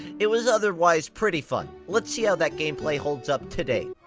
it was otherwise pretty fun. let's see how that gameplay holds up today